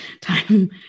time